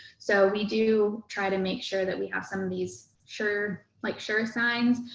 so we do try to make sure that we have some of these sure, like sure signs,